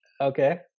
Okay